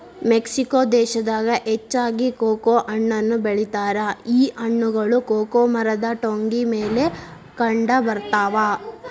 Mexico ದೇಶದಾಗ ಹೆಚ್ಚಾಗಿ cocoa ಹಣ್ಣನ್ನು ಬೆಳಿತಾರ ಈ ಹಣ್ಣುಗಳು ಕೊಕೊ ಮರದ ಟೊಂಗಿ ಮೇಲೆ ಕಂಡಬರ್ತಾವ